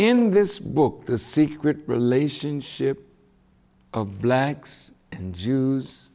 in this book the secret relationship of blacks and jews